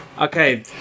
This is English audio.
okay